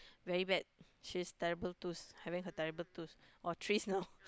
very bad she's terrible twos having her terrible twos or threes you know